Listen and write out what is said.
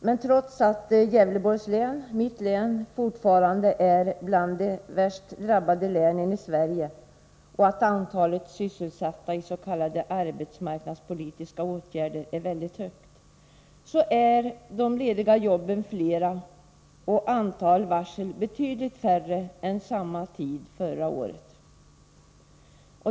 Men trots att Gävleborgs län fortfarande är bland de hårdast drabbade länen i Sverige och trots att antalet sysselsatta i s.k. arbetsmarknadspolitiska åtgärder är väldigt stort, är de lediga jobben nu fler och varslen betydligt färre än vid samma tid förra året.